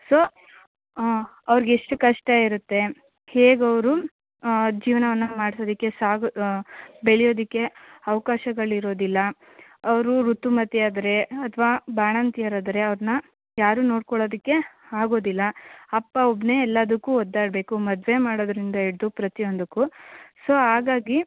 so ಅವ್ರ್ಗೆ ಎಷ್ಟು ಕಷ್ಟ ಇರುತ್ತೆ ಹೇಗೆ ಅವರು ಜೀವನವನ್ನ ಮಾಡೋದಕ್ಕೆ ಸಾಗು ಬೆಳ್ಯೋದಕ್ಕೆ ಅವಕಾಶಗಳಿರೋದಿಲ್ಲ ಅವರು ಋತುಮತಿ ಆದರೆ ಅಥವಾ ಬಾಣಂತಿಯರಾದರೆ ಅವ್ರನ್ನ ಯಾರೂ ನೋಡ್ಕೊಳ್ಳೋದಕ್ಕೆ ಆಗೋದಿಲ್ಲ ಅಪ್ಪ ಒಬ್ಬನೇ ಎಲ್ಲದಕ್ಕೂ ಒದ್ದಾಡಬೇಕು ಮದುವೆ ಮಾಡೋದರಿಂದ ಹಿಡ್ದು ಪ್ರತಿಯೊಂದಕ್ಕೂ ಸೊ ಹಾಗಾಗಿ